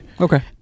Okay